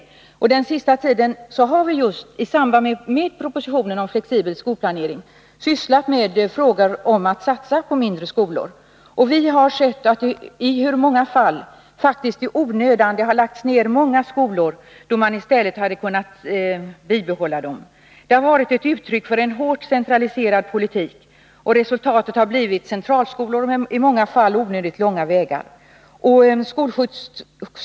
Under den senaste tiden har vi just isamband med den propositionen sysslat med frågor om att satsa på mindre skolor. Vi har sett i hur många fall det faktiskt i onödan har lagts ner skolor, då man i stället hade kunnat bibehålla dem. Det har varit ett uttryck för en hårt centraliserad politik. Resultatet har blivit centralskolor, och i många fall onödigt långa skolvägar.